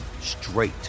straight